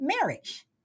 marriage